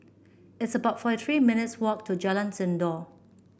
it's about forty three minutes' walk to Jalan Sindor